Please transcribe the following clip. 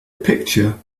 picture